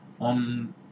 On